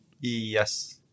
Yes